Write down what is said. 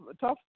tough